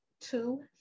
two